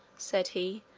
said he,